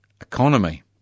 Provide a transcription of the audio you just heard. economy